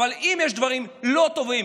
אבל אם יש דברים לא טובים,